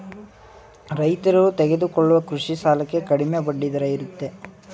ರೈತರು ತೆಗೆದುಕೊಳ್ಳುವ ಕೃಷಿ ಸಾಲಕ್ಕೆ ಕಡಿಮೆ ಬಡ್ಡಿ ಇರುತ್ತೆ